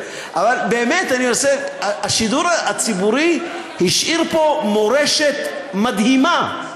השידור הציבורי השאיר פה מורשת מדהימה.